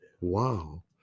Wow